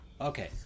Okay